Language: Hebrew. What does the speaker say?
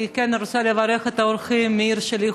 אני כן רוצה לברך את האורחים מהעיר שלי,